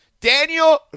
Daniel